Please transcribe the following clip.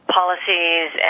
policies